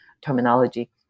terminology